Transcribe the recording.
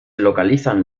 localizan